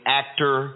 actor